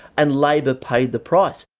and labor paid the price.